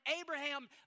Abraham